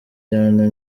cyane